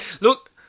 Look